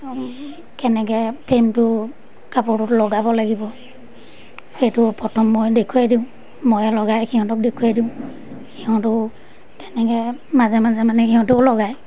কেনেকে ফ্ৰেমটো কাপোৰটোত লগাব লাগিব সেইটো প্ৰথম মই দেখুৱাই দিওঁ ময়ে লগাই সিহঁতক দেখুৱাই দিওঁ সিহঁতেও তেনেকৈ মাজে মাজে মানে সিহঁতেও লগায়